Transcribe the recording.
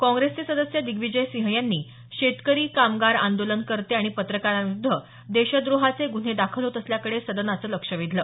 काँग्रेसचे सदस्य दिग्विजय सिंह यांनी शेतकरी कामगार आंदोलनकर्ते आणि पत्रकारांविरुद्ध देशद्रोहाचे गुन्हे दाखल होत असल्याकडे सदनाचं लक्ष वेधलं